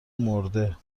مرده